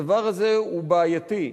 הדבר הזה הוא בעייתי,